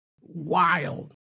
Wild